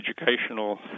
educational